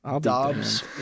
Dobbs